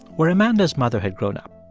where amanda's mother had grown up.